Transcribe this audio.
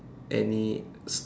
any